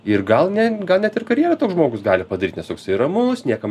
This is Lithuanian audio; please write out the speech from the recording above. ir gal ne gal net ir karjerą toks žmogus gali padaryt nes toksai ramus niekam